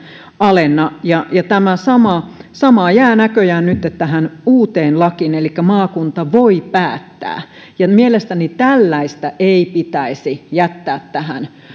alenna tämä sama jää näköjään nytten tähän uuteen lakiin elikkä maakunta voi päättää ja mielestäni tällaista ei pitäisi jättää